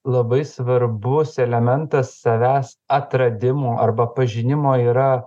labai svarbus elementas savęs atradimo arba pažinimo yra